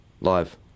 live